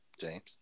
James